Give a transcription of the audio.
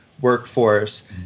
workforce